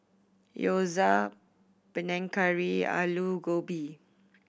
Gyoza Panang Curry Alu Gobi